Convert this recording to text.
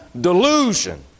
delusion